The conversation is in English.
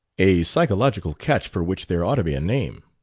a psychological catch for which there ought to be a name.